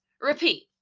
repeat